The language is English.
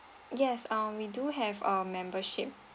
yes ah we do have um membership